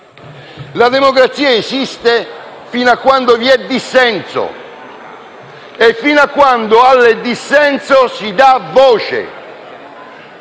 La democrazia esiste fino a quando vi è dissenso e fino a quando al dissenso si dà voce.